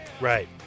right